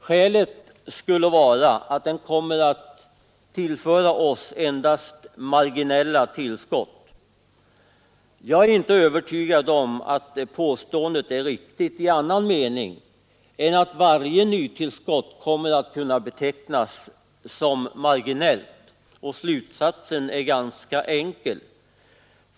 Skälet skulle vara att den kommer att tillföra oss endast marginella tillskott. Jag är inte övertygad om att påståendet är riktigt i annan mening än att varje nytillskott kommer att kunna betecknas som marginellt. Slutsatsen är ganska enkel.